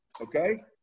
Okay